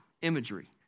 imagery